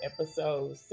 Episode